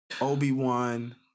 Obi-Wan